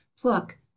pluck